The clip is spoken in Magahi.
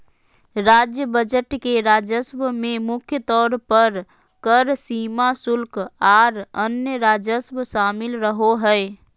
राज्य बजट के राजस्व में मुख्य तौर पर कर, सीमा शुल्क, आर अन्य राजस्व शामिल रहो हय